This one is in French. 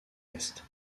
est